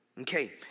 Okay